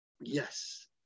Yes